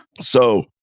So-